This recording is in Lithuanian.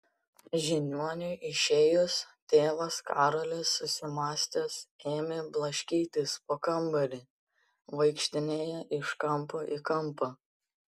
žiniuoniui išėjus tėvas karolis susimąstęs ėmė blaškytis po kambarį vaikštinėjo iš kampo į kampą